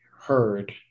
heard